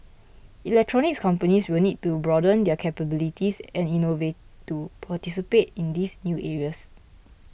electronics companies will need to broaden their capabilities and innovate to participate in these new areas